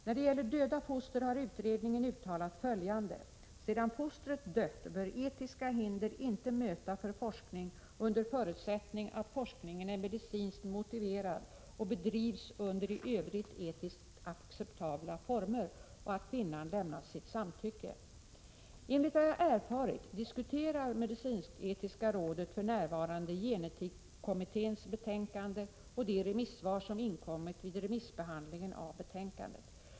När det gäller döda foster har utredningen uttalat följande: ”Sedan fostret dött bör etiska hinder inte möta för forskning under förutsättning att forskningen är medicinskt motiverad och bedrivs under i övrigt etiskt acceptabla former och att kvinnan lämnat sitt samtycke.” Enligt vad jag erfarit diskuterar medicinsk-etiska rådet för närvarande gen-etikkommitténs betänkande och de remissvar som inkommit vid remissbehandlingen av betänkandet.